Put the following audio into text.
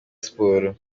siporo